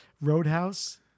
Roadhouse